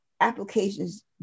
applications